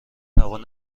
توان